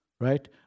right